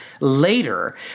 later